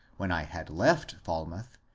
when i had left falmouth,